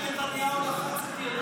אתה מדבר על רב-המרצחים שנתניהו לחץ את ידו?